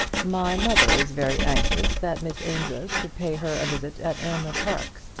my mother is very anxious that miss amedroz should pay her a visit at aylmer park,